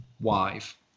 wife